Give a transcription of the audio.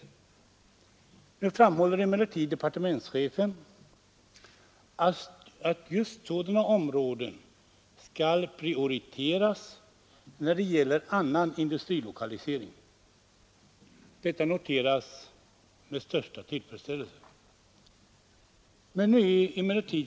Nu framhåller departementschefen att just sådana områden skall prioriteras när det gäller annan industrilokalisering. Detta noteras med största tillfredsställelse.